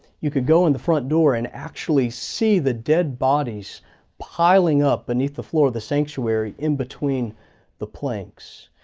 you could go in the front door and actually see the dead bodies piling up beneath the floor of the sanctuary, in between the planks.